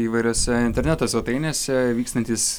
įvairiose interneto svetainėse vykstantis